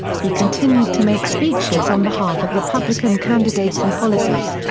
he continued to make speeches on behalf of republican candidates and policies.